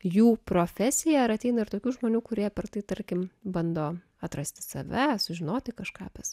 jų profesija ar ateina ir tokių žmonių kurie per tai tarkim bando atrasti save sužinoti kažką apie sa